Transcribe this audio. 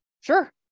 Sure